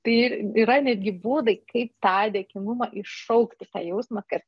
tai yra netgi būdai kaip tą dėkingumą iššaukti tą jausmą kad